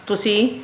ਤੁਸੀਂ